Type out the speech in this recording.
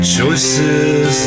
choices